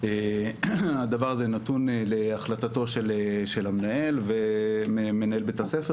הדבר הזה נתון להחלטתו של מנהל בית הספר